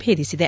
ಭೇದಿಸಿದೆ